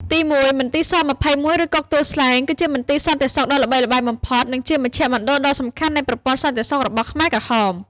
ទីមួយ មន្ទីរ ស-២១ ឬគុកទួលស្លែង គឺជាមន្ទីរសន្តិសុខដ៏ល្បីល្បាញបំផុត និងជាមជ្ឈមណ្ឌលដ៏សំខាន់នៃប្រព័ន្ធសន្តិសុខរបស់ខ្មែរក្រហម។